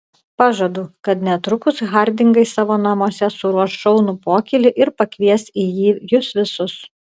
pažadu kad netrukus hardingai savo namuose suruoš šaunų pokylį ir pakvies į jį jus visus